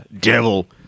Devil